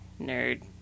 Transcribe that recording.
nerd